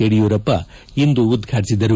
ಯಡಿಯೂರಪ್ಪ ಇಂದು ಉದ್ಘಾಟಿಸಿದರು